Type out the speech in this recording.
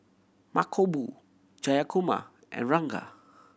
Mankombu Jayakumar and Ranga